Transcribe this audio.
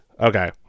okay